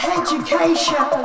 education